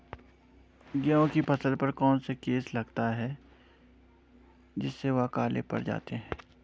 गेहूँ की फसल पर कौन सा केस लगता है जिससे वह काले पड़ जाते हैं?